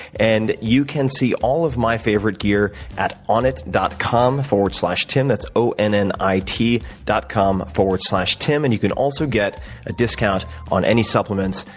and you can see all of my favorite gear at onnit dot com slash tim. that's o n n i t dot com, forward slash tim. and you can also get a discount on any supplements,